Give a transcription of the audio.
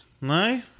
no